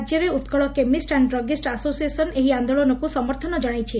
ରାଜ୍ୟରେ ଉକ୍କଳ କେମିଷ୍ଙ and druggists association ଏହି ଆନ୍ଦୋଳନକୁ ସମର୍ଥନ ଜଣାଇଛି